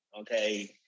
Okay